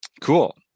Cool